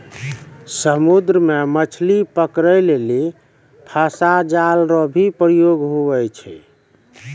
समुद्र मे मछली पकड़ै लेली फसा जाल रो भी प्रयोग हुवै छै